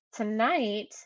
Tonight